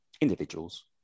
Individuals